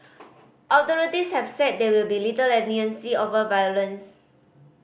authorities have said there will be little leniency over violence